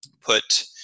put